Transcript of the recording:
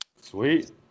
Sweet